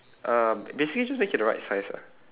uh basically just make it the right size ah